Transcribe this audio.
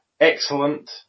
excellent